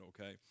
okay